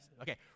Okay